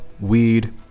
weed